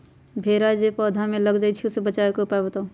भेरा जे पौधा में लग जाइछई ओ से बचाबे के उपाय बताऊँ?